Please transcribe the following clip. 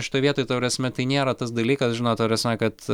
šitoj vietoj ta prasme tai nėra tas dalykas žinot ta prasme kad